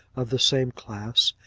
of the same class,